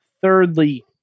Thirdly